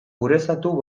ureztatu